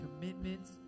commitments